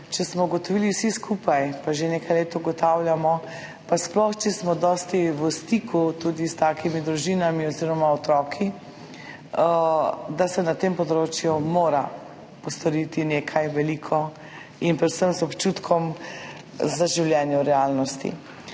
skupaj ugotovili oziroma že nekaj let ugotavljamo, sploh če smo tudi dosti v stiku s takimi družinami oziroma otroki, da se na tem področju mora narediti nekaj velikega in predvsem z občutkom za življenje v realnosti.